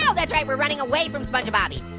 yeah that's right we're running away from spongebobby